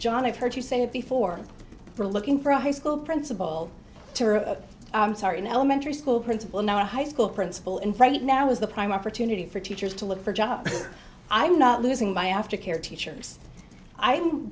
john i've heard you say it before for looking for a high school principal to a sorry an elementary school principal now a high school principal and right now is the prime opportunity for teachers to look for jobs i'm not losing by aftercare teachers i